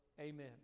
Amen